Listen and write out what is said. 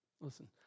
Listen